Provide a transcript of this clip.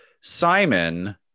Simon